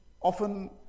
often